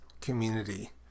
community